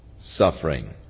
suffering